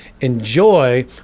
enjoy